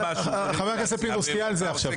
חבר הכנסת פינדרוס, תהיה על זה עכשיו.